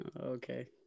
Okay